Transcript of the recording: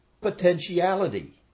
potentiality